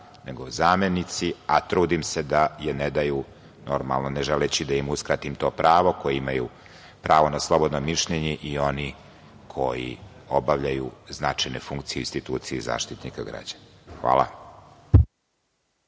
nego zamenici, a trudim se da je ne daju, normalno ne želeći da im uskratim to pravo koje imaju, pravo na slobodno mišljenje, i oni koji obavljaju značajne funkcije u instituciji Zaštitnika građana. Hvala.